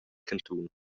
cantun